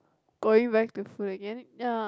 going back to food again ya